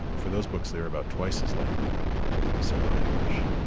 um for those books they're about twice as likely to be missing, i averaged.